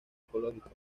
ecológico